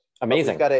Amazing